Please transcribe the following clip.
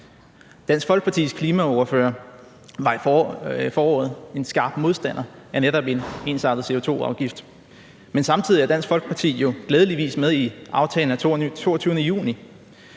Dansk Folkepartis klimaordfører var i foråret en skarp modstander af netop en ensartet CO2-afgift, men samtidig er Dansk Folkeparti jo glædeligvis med i aftalen af 22. juni,